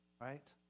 right